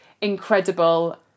incredible